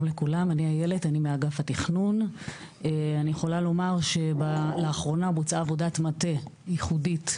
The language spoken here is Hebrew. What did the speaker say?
תודה רבה, אר יששכר מתנועת הביטחוניסטים.